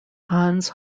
hans